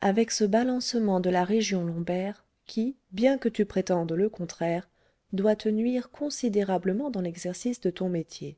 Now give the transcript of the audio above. avec ce balancement de la région lombaire qui bien que tu prétendes le contraire doit te nuire considérablement dans l'exercice de ton métier